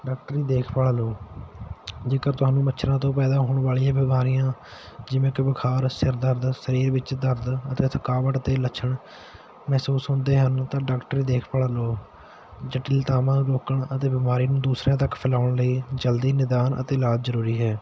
ਡਾਕਟਰੀ ਦੇਖਭਾਲ ਲਓ ਜੇਕਰ ਤੁਹਾਨੂੰ ਮੱਛਰਾਂ ਤੋਂ ਪੈਦਾ ਹੋਣ ਵਾਲੀਆਂ ਬਿਮਾਰੀਆਂ ਜਿਵੇਂ ਕਿ ਬੁਖਾਰ ਸਿਰ ਦਰਦ ਸਰੀਰ ਵਿੱਚ ਦਰਦ ਅਤੇ ਥਕਾਵਟ ਅਤੇ ਲੱਛਣ ਮਹਿਸੂਸ ਹੁੰਦੇ ਹਨ ਤਾਂ ਡਾਕਟਰੀ ਦੇਖਭਾਲ ਲਉ ਜਟਿਲਤਾਵਾਂ ਰੋਕਣ ਅਤੇ ਬਿਮਾਰੀ ਨੂੰ ਦੂਸਰਿਆਂ ਤੱਕ ਫੈਲਾਉਣ ਲਈ ਜਲਦੀ ਨਿਦਾਨ ਅਤੇ ਇਲਾਜ ਜ਼ਰੂਰੀ ਹੈ